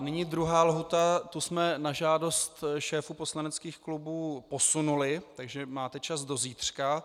Nyní druhá lhůta, tu jsme na žádost šéfů poslaneckých klubů posunuli, takže máte čas do zítřka.